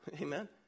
Amen